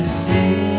see